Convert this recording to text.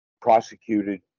prosecuted